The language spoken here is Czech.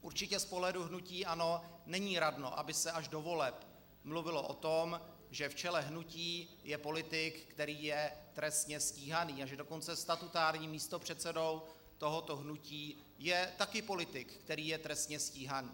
Určitě z pohledu hnutí ANO není radno, aby se až do voleb mluvilo o tom, že v čele hnutí je politik, který je trestně stíhaný, a že dokonce statutárním místopředsedou tohoto hnutí je taky politik, který je trestně stíhaný.